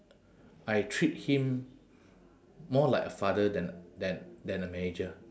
I treat him more like a father than than than a manager